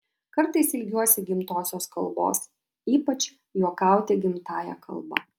kartais ilgiuosi gimtosios kalbos ypač juokauti gimtąja kalba